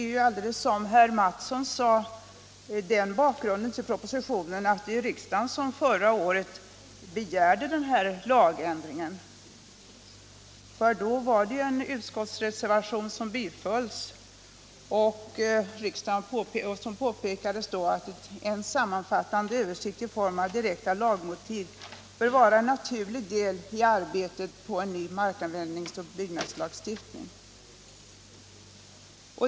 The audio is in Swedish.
Som herr Mattsson sade är bakgrunden till propositionen att riksdagen förra året begärde denna lagändring genom att bifalla en reservation. Det påpekades att en sammanfattande översikt i form av direkta lagmotiv bör vara en naturlig del i arbetet på en ny markanvändningsoch byggnadslagstiftning.